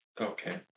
Okay